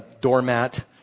doormat